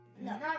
No